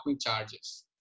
charges